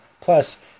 Plus